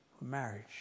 marriage